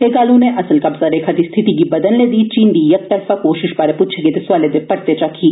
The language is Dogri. ए गल्ल उनें असल कब्जा रेखा दी स्थिति गी बदलने दी चीन दी यकतरफा कोशिश बारै पुच्छे गेदे सोआले दे परते च आक्खी